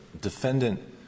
defendant